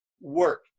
work